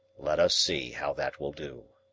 let us see how that will do.